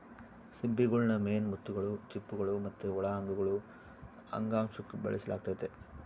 ಸಿಂಪಿಗುಳ್ನ ಮೇನ್ ಮುತ್ತುಗುಳು, ಚಿಪ್ಪುಗುಳು ಮತ್ತೆ ಒಳ ಅಂಗಗುಳು ಅಂಗಾಂಶುಕ್ಕ ಬೆಳೆಸಲಾಗ್ತತೆ